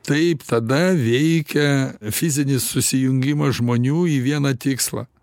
taip tada veikia fizinis susijungimas žmonių į vieną tikslą